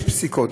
יש פסיקות,